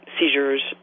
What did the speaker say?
seizures